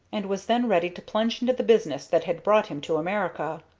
and was then ready to plunge into the business that had brought him to america.